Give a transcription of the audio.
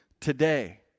today